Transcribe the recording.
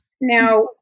Now